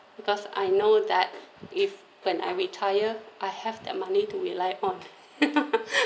because I know that if when I retire I have that money to rely on